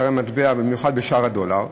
במיוחד בשער הדולר,